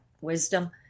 wisdom